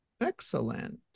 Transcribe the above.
Excellent